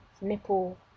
nipple